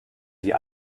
die